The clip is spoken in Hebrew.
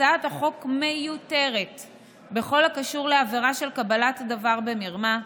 הצעת החוק מיותרת בכל הקשור לעבירה של קבלת דבר במרמה,